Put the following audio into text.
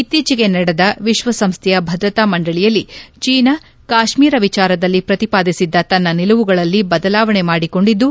ಇತ್ತೀಚೆಗೆ ನಡೆದ ವಿಶ್ವಸಂಸ್ಟೆಯ ಭದ್ರತಾ ಮಂಡಳಿಯಲ್ಲಿ ಚೀನಾ ಕಾಶ್ಮೀರ ವಿಚಾರದಲ್ಲಿ ಪ್ರತಿಪಾದಿಸಿದ್ದ ತನ್ನ ನಿಲುವುಗಳಲ್ಲಿ ಬದಲಾವಣೆ ಮಾಡಿಕೊಂಡಿದ್ದು